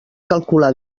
calcular